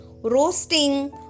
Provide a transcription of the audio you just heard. roasting